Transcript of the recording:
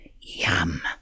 Yum